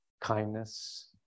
kindness